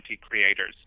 creators